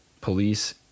Police